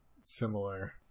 similar